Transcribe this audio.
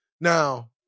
Now